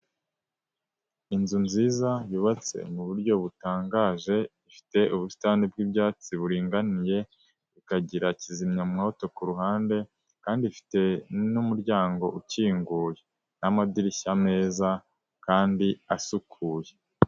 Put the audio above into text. Inzu nziza yubatse mu buryo butangaje, ifite ubusitani bw'ibyatsi buriringaniye, ikagira kizimyamwoto ku ruhande kandi ifite n'umuryango ukinguye n'amadirishya meza kandi asukuye.